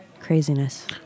craziness